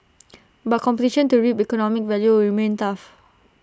but competition to reap economic value remain tough